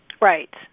Right